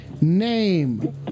Name